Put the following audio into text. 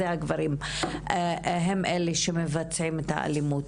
הגברים הם אלה שמבצעים את האלימות